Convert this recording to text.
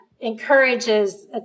encourages